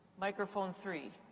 microphone three.